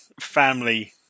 family